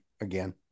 again